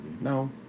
No